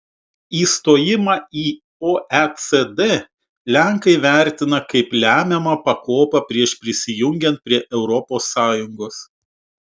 įstojimą į oecd lenkai vertina kaip lemiamą pakopą prieš prisijungiant prie europos sąjungos